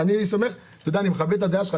אני מכבד את הדעה שלך,